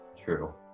True